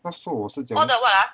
那时候我是怎样